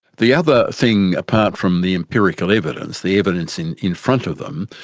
the other thing, apart from the empirical evidence, the evidence in in front of them,